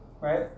right